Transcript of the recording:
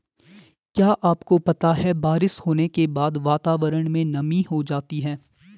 क्या आपको पता है बारिश होने के बाद वातावरण में नमी हो जाती है?